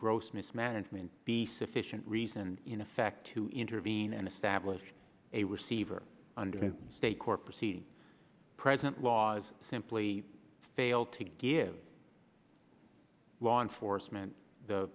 gross mismanagement be sufficient reason in effect to intervene and establish a receiver under state court proceeding present laws simply fail to give law enforcement the